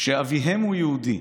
שאביהם הוא יהודי?